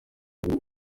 ruguru